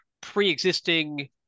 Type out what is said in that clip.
pre-existing